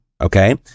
Okay